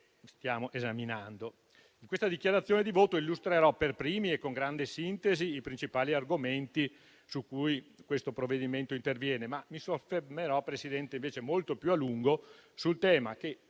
In questa dichiarazione di voto illustrerò per primi e con grande sintesi i principali argomenti su cui questo provvedimento interviene. Ma mi soffermerò molto più a lungo sul tema che,